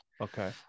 okay